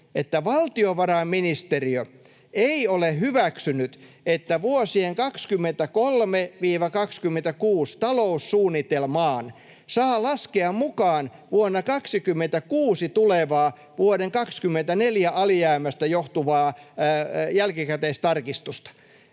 että valtiovarainministeriö ei ole hyväksynyt, että vuosien 23—26 taloussuunnitelmaan saa laskea mukaan vuonna 26 tulevaa vuoden 24 alijäämästä johtuvaa jälkikäteistarkistusta.